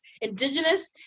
Indigenous